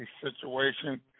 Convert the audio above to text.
situation